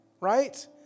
right